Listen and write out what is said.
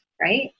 right